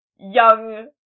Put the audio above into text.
young